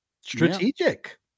strategic